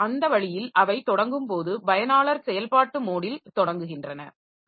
எனவே அந்த வழியில் அவை தொடங்கும் போது பயனாளர் செயல்பாட்டு மோடில் தொடங்குகின்றன